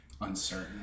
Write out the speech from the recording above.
uncertain